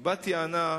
כי בת-יענה,